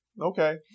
Okay